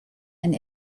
and